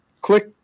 click